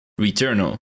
Returnal